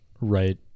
right